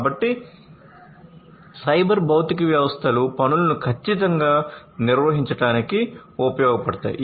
కాబట్టి సైబర్ భౌతిక వ్యవస్థలు పనులను ఖచ్చితంగా నిర్వహించడానికి ఉపయోగపడతాయి